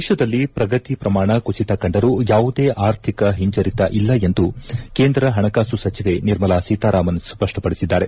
ದೇಶದಲ್ಲಿ ಪ್ರಗತಿ ಪ್ರಮಾಣ ಕುಸಿತ ಕಂಡರೂ ಯಾವುದೇ ಆರ್ಥಿಕ ಹಿಂಜರಿತ ಇಲ್ಲ ಎಂದು ಕೇಂದ್ರ ಹಣಕಾಸು ಸಚಿವೆ ನಿರ್ಮಲಾ ಸೀತಾರಾಮನ್ ಸ್ವಷ್ಟಪಡಿಸಿದ್ದಾರೆ